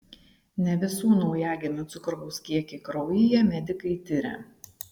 ne visų naujagimių cukraus kiekį kraujyje medikai tiria